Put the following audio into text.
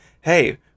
hey